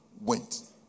went